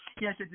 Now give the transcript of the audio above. yes